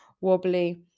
wobbly